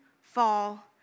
fall